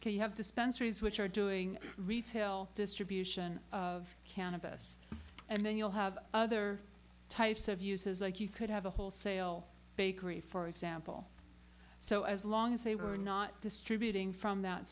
anything you have dispensaries which are doing retail distribution of cannabis and then you'll have other types of uses like you could have a wholesale bakery for example so as long as they were not distributing from that